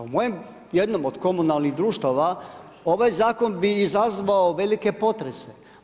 Po mojem, jednom od komunalnih društava, ovaj zakon bi izazvao velike potrese.